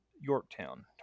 yorktown